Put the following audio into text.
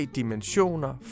dimensioner